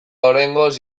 oraingoz